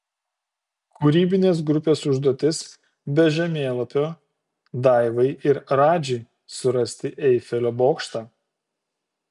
kūrybinės grupės užduotis be žemėlapio daivai ir radži surasti eifelio bokštą